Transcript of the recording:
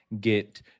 Get